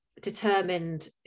determined